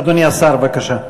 אדוני השר, בבקשה.